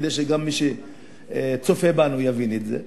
כדי שגם מי שצופה בנו יבין את זה,